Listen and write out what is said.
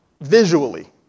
visually